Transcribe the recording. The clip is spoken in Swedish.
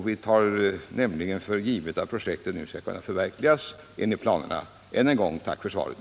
Vi tar nämligen för givet att projektet nu skall kunna förverkligas enligt planerna. Än en gång - tack för svaret.